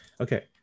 Okay